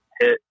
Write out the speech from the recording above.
hit